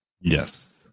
yes